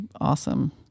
awesome